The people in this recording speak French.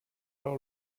par